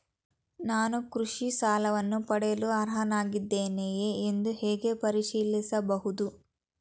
ನಾನು ಕೃಷಿ ಸಾಲವನ್ನು ಪಡೆಯಲು ಅರ್ಹನಾಗಿದ್ದೇನೆಯೇ ಎಂದು ಹೇಗೆ ಪರಿಶೀಲಿಸಬಹುದು?